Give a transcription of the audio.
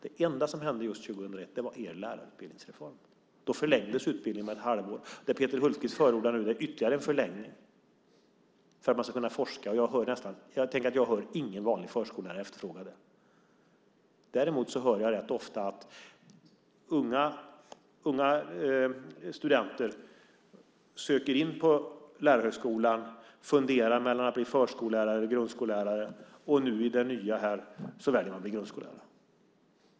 Det enda som hände just 2001 var er lärarutbildningsreform. Då förlängdes utbildningen med ett halvår. Det Peter Hultqvist förordar nu är ytterligare en förlängning för att man ska kunna forska. Jag hör ingen vanlig förskollärare efterfråga det. Däremot hör jag ofta att unga studenter söker in på lärarhögskolan, funderar mellan att bli förskollärare och att bli grundskollärare, och med det nya väljer de att bli grundskollärare.